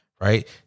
Right